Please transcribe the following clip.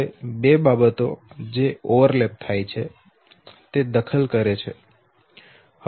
હવે બે બાબતો જે ઓવરલેપ થાય છે તે દખલ કરે છે